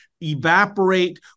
evaporate